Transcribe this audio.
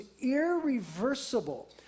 irreversible